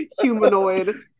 humanoid